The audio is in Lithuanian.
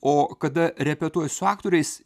o kada repetuoji su aktoriais